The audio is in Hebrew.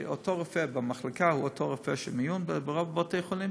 כי אותו רופא במחלקה הוא גם אותו רופא במיון ברוב בתי-החולים,